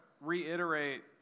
reiterate